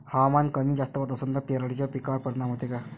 हवामान कमी जास्त होत असन त पराटीच्या पिकावर परिनाम होते का?